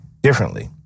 differently